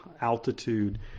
altitude